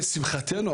לשמחתנו,